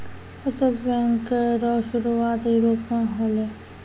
बचत बैंक रो सुरुआत यूरोप मे होलै